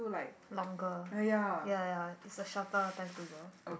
longer ya ya it's a shorter timetable